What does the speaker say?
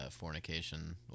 fornication